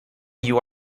you